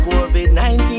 Covid-19